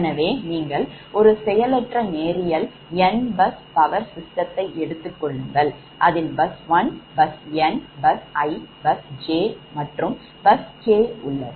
எனவே நீங்கள் ஒரு செயலற்ற நேரியல் n bus power systemதை எடுத்துக் கொள்ளுங்கள் அதில் bus 1 bus n bus i bus𝑗 மற்றும் bus 𝑘 உள்ளது